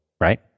right